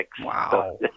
Wow